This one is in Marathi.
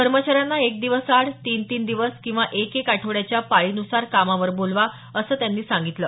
कर्मचाऱ्यांना एक दिवसआड तीन तीन दिवस किंवा एक एक आठवड्याच्या पाळीन्सार कामावर बोलवा असं त्यांनी सांगितलं